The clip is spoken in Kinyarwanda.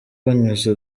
banyuze